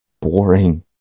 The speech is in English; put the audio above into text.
Boring